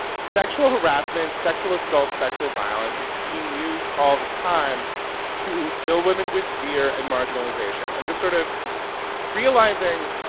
sexual harassment, sexual assault, sexual violence is being used all the time to fill women with fear and marginalization. and just sort of realizing,